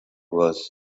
was